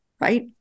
right